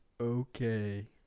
okay